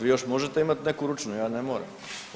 Vi još možete imat neku ručnu, ja ne moram.